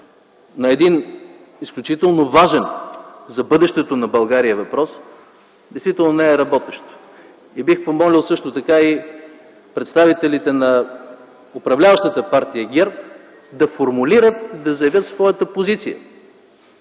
на един изключително важен за бъдещето на България въпрос действително не е работещо. Бих помолил също така представителите на управляващата партия ГЕРБ да формулират и заявят своята позиция,